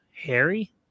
Harry